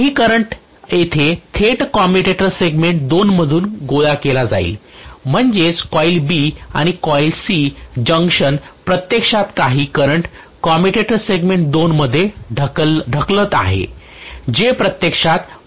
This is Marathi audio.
काही करंट येथे थेट कम्युएटर सेगमेंट २ मधून गोळा केला जाईल म्हणजे कॉईल B आणि कॉईल C जंक्शन प्रत्यक्षात काही करंट कम्युएटर सेगमेंट 2 मध्ये ढकलत आहे जे प्रत्यक्षात ब्रशमध्ये ढकलले जात आहे